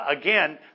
again